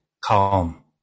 calm